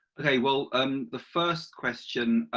okay well um the first question,